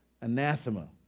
anathema